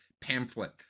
pamphlet